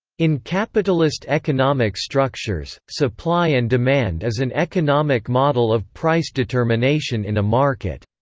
in capitalist economic structures, supply and demand is an economic model of price determination in a market.